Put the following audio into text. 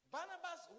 Barnabas